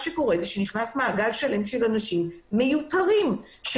נכנס מעגל שלם של אנשים מיותרים לבידוד.